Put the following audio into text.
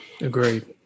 Agreed